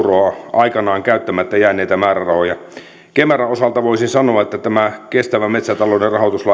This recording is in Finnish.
aikanaan käyttämättä jääneitä määrärahoja kemeran osalta voisin sanoa että nämä kestävän metsätalouden rahoituslain mukaiset panostukset jotka